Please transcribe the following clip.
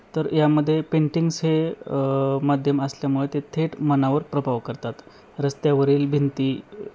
तर यामध्ये पेंटिंग्स हे माध्यम असल्यामुळे ते थेट मनावर प्रभाव करतात रस्त्यावरील भिंती